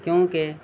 کیوںکہ